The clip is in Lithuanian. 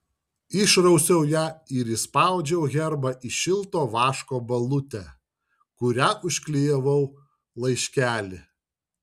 išrausiau ją ir įspaudžiau herbą į šilto vaško balutę kuria užklijavau laiškelį